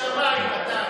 לא דובר אמת.